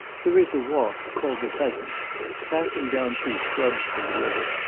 there is a walk called the pleasance, passing down through shrubs to the river,